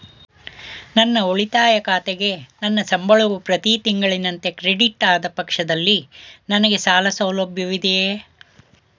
ನನ್ನ ಉಳಿತಾಯ ಖಾತೆಗೆ ನನ್ನ ಸಂಬಳವು ಪ್ರತಿ ತಿಂಗಳಿನಂತೆ ಕ್ರೆಡಿಟ್ ಆದ ಪಕ್ಷದಲ್ಲಿ ನನಗೆ ಸಾಲ ಸೌಲಭ್ಯವಿದೆಯೇ?